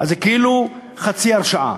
אז זה כאילו חצי השעיה.